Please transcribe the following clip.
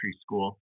school